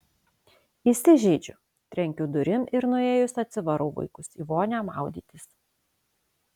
įsižeidžiu trenkiu durim ir nuėjus atsivarau vaikus į vonią maudytis